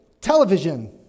Television